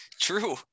true